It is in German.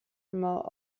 immer